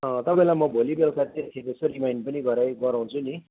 तपाईँलाई म भोलि बेलुका एक खेप यसो रिमाइन्ड गराइ गराउँछु नि